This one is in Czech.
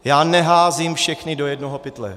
Já neházím všechny do jednoho pytle.